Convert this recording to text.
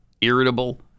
irritable